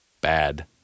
bad